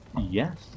Yes